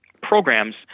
programs